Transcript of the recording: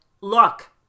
look